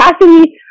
capacity